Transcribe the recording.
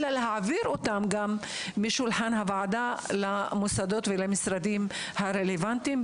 אלא גם להעביר אותן משולחן הוועדה למוסדות ולמשרדים הרלוונטיים,